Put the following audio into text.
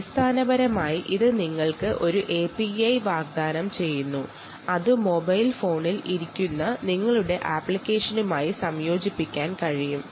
അടിസ്ഥാനപരമായി ഇത് നിങ്ങൾക്ക് നിങ്ങളുടെ മൊബൈൽ ഫോണിൽ ചേർക്കാവുന്ന AIP നൽകുന്നു